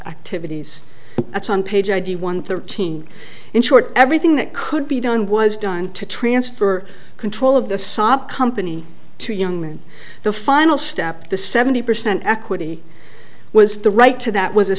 activities that's on page i d one thirteen in short everything that could be done was done to transfer control of the saab company to young men the final step the seventy percent equity was the right to that was